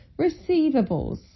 Receivables